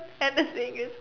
and the thing is